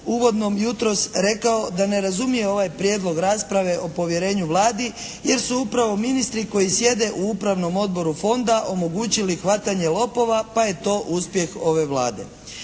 uvodnom jutros rekao da ne razumije ovaj prijedlog rasprave o povjerenju Vladi jer su upravo ministri koji sjede u Upravnom odboru Fonda omogućili hvatanje lopova pa je to uspjeh ove Vlade.